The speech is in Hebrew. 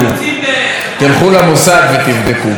תלכו למוסד ותבדקו.